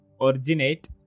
originate